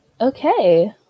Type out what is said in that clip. Okay